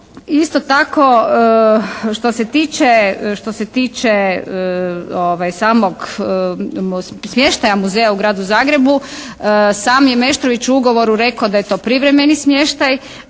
Isto tako što se tiče samog smještaja muzeja u Gradu Zagrebu sam je Meštrović u ugovoru rekao da je to privremeni smještaj.